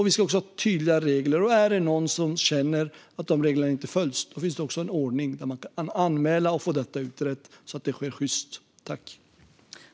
Vi ska också ha tydliga regler. Är det någon som känner att de reglerna inte följs finns det en ordning för att anmäla och få detta utrett så att det sker på ett sjyst sätt.